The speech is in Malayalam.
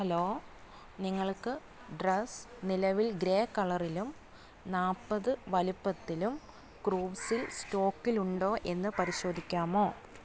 ഹലോ നിങ്ങൾക്ക് ഡ്രസ്സ് നിലവിൽ ഗ്രേ കളറിലും നാൽപ്പത് വലുപ്പത്തിലും കൂവ്സിൽ സ്റ്റോക്കിലുണ്ടോ എന്ന് പരിശോധിക്കാമോ